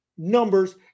Numbers